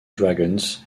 dragons